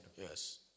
Yes